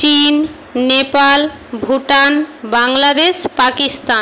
চিন নেপাল ভুটান বাংলাদেশ পাকিস্তান